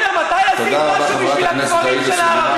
מנהיגת אפרטהייד.